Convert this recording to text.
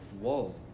Whoa